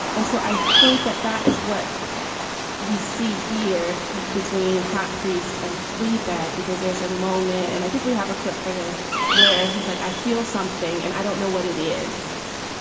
and so i think that that is what we see here between hot priest and fleabag, because there's a moment and i think we have a clip for this where he's like, i feel something and i don't know what it is